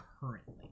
currently